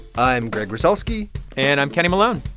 i'm greg rosalsky and i'm kenny malone.